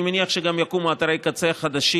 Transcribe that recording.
אני מניח שגם יקומו אתרי קצה חדשים,